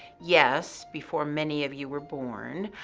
yes, before many of you were born,